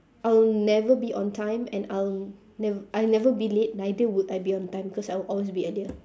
I'll never be on time and I'll nev~ I'll never be late neither would I be on time cause I would always be earlier